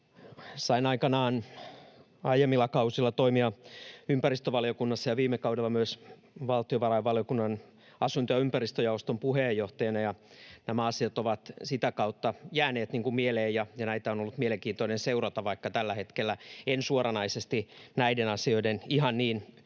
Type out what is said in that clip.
Sain aikoinaan aiemmilla kausilla toimia ympäristövaliokunnassa ja viime kaudella myös valtiovarainvaliokunnan asunto‑ ja ympäristöjaoston puheenjohtajana, ja nämä asiat ovat sitä kautta jääneet mieleen ja näitä on ollut mielenkiintoista seurata, vaikka tällä hetkellä en suoranaisesti näiden asioiden ihan niin